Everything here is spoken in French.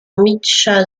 michał